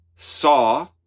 saw